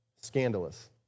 Scandalous